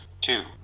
Two